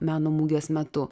meno mugės metu